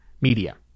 media